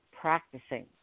practicing